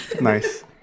nice